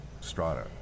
strata